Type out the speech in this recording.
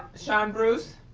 sean bruce.